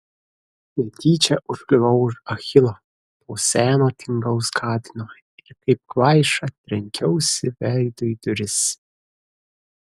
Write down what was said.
netyčia užkliuvau už achilo to seno tingaus katino ir kaip kvaiša trenkiausi veidu į duris